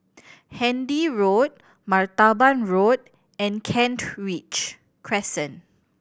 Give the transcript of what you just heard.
Handy Road Martaban Road and Kent Ridge Crescent